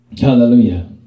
Hallelujah